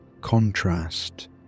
contrast